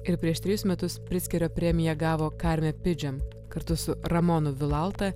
ir prieš trejus metus pritzkerio premiją gavo karme pidžem kartu su ramonu vilalta